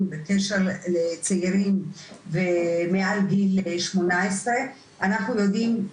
בקשר לצעירים ומעל גיל 18. אנחנו יודעים,